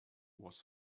was